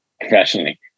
professionally